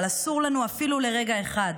אבל אסור לנו אפילו לרגע אחד